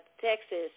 Texas